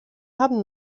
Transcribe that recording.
haben